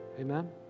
Amen